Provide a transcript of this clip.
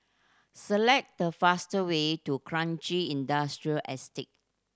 select the fastest way to Kranji Industrial Estate